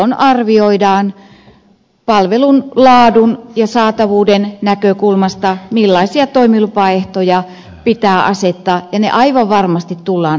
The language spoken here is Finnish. silloin arvioidaan palvelun laadun ja saatavuuden näkökulmasta millaisia toimilupaehtoja pitää asettaa ja ne aivan varmasti tullaan asettamaan